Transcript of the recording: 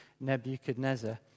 Nebuchadnezzar